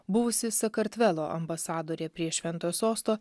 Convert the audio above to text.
buvusi sakartvelo ambasadorė prie šventojo sosto